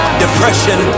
depression